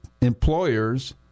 employers